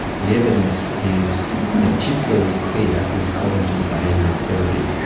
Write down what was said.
the evidence is particularly clear with cognitive behavioural therapy.